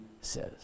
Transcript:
says